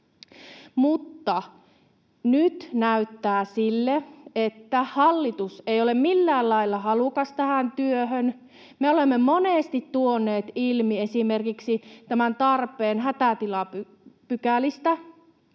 Mutta nyt näyttää sille, että hallitus ei ole millään lailla halukas tähän työhön. Me olemme monesti tuoneet ilmi esimerkiksi tämän tarpeen hätätilapykälistä,